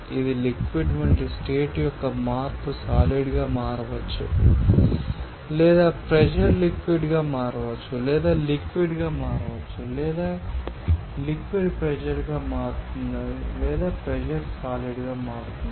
ఇది లిక్విడ్ వంటి స్టేట్ యొక్క మార్పు సాలిడ్ గా మారవచ్చు లేదా ప్రెషర్ లిక్విడ్ గా మారవచ్చు లేదా లిక్విడ్ గా మారవచ్చు లేదా లిక్విడ్ ప్రెషర్ గా మారుతుంది లేదా ప్రెషర్ సాలిడ్ గా మారుతుంది